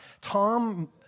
Tom